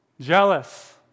Jealous